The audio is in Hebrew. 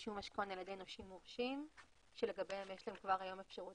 רישום משכון על ידי נושים מורשים לגביהם יש להם כבר היום אפשרות